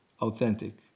authentic